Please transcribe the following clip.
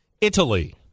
Italy